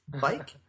bike